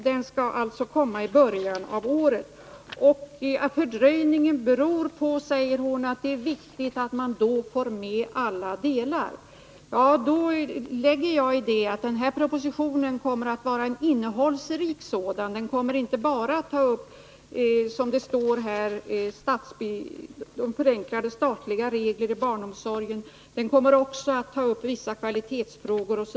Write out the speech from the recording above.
Hon säger att den skall komma i början av nästa år och att fördröjningen beror på att arbetet är omfattande, eftersom det är viktigt att man får med barnomsorgens alla delar. Det uttalandet fattar jag så, att propositionen kommer att vara innehållsrik. Där kommer det inte bara att tas upp, som det står, ”förenklade statliga regler i barnomsorgen”, utan där kommer det också att behandlas vissa kvalitetsfrågor m.m.